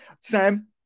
Sam